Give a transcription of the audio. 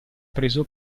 preso